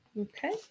okay